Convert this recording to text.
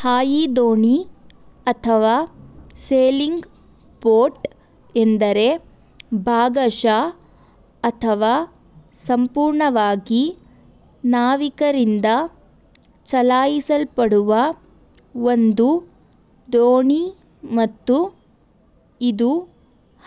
ಹಾಯಿದೋಣಿ ಅಥವಾ sailing boat ಎಂದರೆ ಭಾಗಶಃ ಅಥವಾ ಸಂಪೂರ್ಣವಾಗಿ ನಾವಿಕರಿಂದ ಚಲಾಯಿಸಲ್ಪಡುವ ಒಂದು ದೋಣಿ ಮತ್ತು ಇದು